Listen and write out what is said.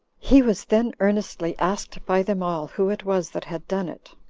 he was then earnestly asked by them all who it was that had done it.